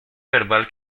verbal